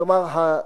כלומר,